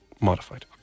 modified